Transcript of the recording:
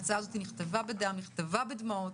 בדמעות,